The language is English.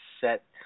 set